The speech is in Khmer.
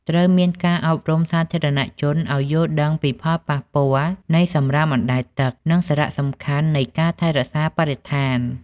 ត្រូវមានការអប់រំសាធារណជនឱ្យយល់ដឹងពីផលប៉ះពាល់នៃសំរាមអណ្តែតទឹក និងសារៈសំខាន់នៃការថែរក្សាបរិស្ថាន។